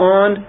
on